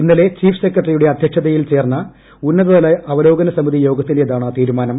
ഇന്നലെ ചീഫ് സ്രെകട്ടറിയുടെ അധ്യക്ഷതയിൽ ചേർന്ന ഉന്നതതല അവലോകന സമിതി യോഗത്തിന്റേതാണ് തീരുമാനം